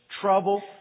trouble